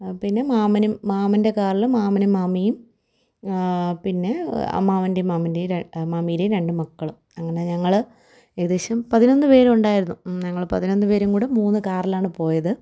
പിന്നെ മാമനും മാമൻ്റെ കാറില് മാമനും മാമിയും പിന്നെ അമ്മാവന്റെയും മാമന്റെയും മാമിയുടെയും രണ്ട് മക്കളും അങ്ങനെ ഞങ്ങള് ഏകദേശം പതിനൊന്നുപേരുണ്ടായിരുന്നു ഞങ്ങള് പതിനൊന്നുപേരുംകൂടെ മൂന്ന് കാറിലാണ് പോയത്